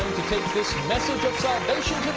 take this message of salvation